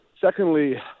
secondly